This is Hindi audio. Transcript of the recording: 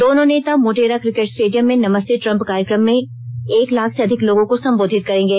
दोनों नेता मोटेरा क्रिकेट स्टेडियम में नमस्ते ट्रम्प कार्यक्रम में एक लाख से अधिक लोगों को सम्बोधित करेंगे